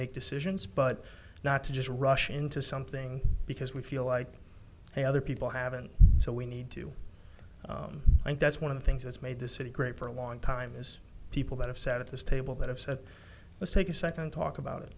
make decisions but not to just rush into something because we feel like they other people have and so we need to and that's one of the things that's made this city great for a long time is people that have sat at this table that have said let's take a second talk about it